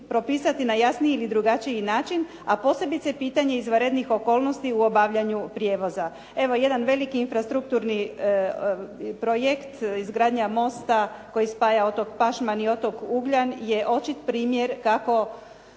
na jasniji ili drugačiji način, a posebice pitanje izvanrednih okolnosti u obavljanju prijevoza. Evo jedan veliki infrastrukturni projekt izgradnja mosta koji spaja otok Pašman i otok Ugljan je očit primjer kako